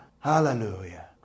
Hallelujah